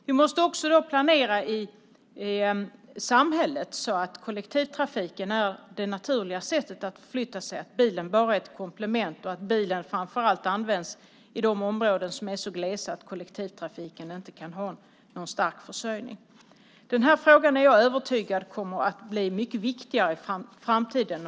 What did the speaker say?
Vi måste också planera i samhället så att kollektivtrafiken är det naturliga sättet att förflytta sig, att bilen bara är ett komplement och att bilen framför allt används i de områden som är så glest befolkade att kollektivtrafiken inte kan ha någon stark försörjning. Den här frågan är jag övertygad om kommer att bli mycket viktigare i framtiden.